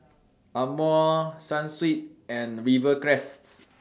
Amore Sunsweet and Rivercrest